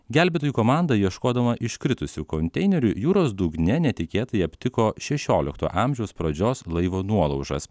gelbėtojų komanda ieškodama iškritusių konteinerių jūros dugne netikėtai aptiko šešiolikto amžiaus pradžios laivo nuolaužas